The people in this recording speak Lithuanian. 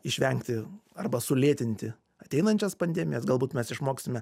išvengti arba sulėtinti ateinančias pandemijas galbūt mes išmoksime